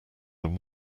than